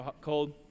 cold